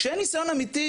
כשאין ניסיון אמיתי,